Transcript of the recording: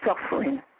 suffering